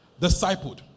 discipled